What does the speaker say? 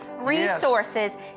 resources